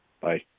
Bye